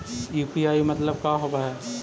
UPI मतलब का होब हइ?